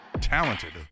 talented